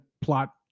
plot